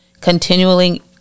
continually